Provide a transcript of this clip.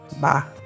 bye